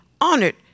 honored